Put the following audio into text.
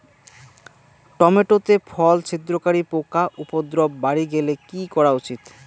Tomato তে ফল ছিদ্রকারী পোকা উপদ্রব বাড়ি গেলে কি করা উচিৎ?